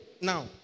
Now